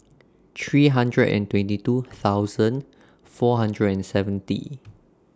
three hundred and twenty two thousand four hundred and seventy